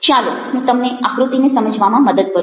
ચાલો હું તમને આકૃતિને સમજવામાં મદદ કરું